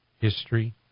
history